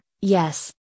yes